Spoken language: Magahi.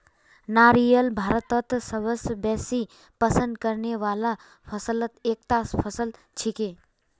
नारियल भारतत सबस बेसी पसंद करने वाला फलत एकता फल छिके